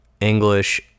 english